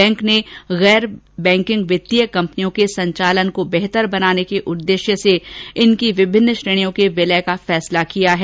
bank ने गैर banking वित्तीय कंपनियों के संचालन को बेहतर बनाने के उददेश्य से इनकी विभिन्न श्रेणियों के विलय का फैसला किया है